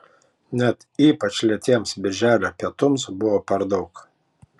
net ypač lėtiems birželio pietums buvo per daug